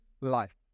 life